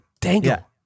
dangle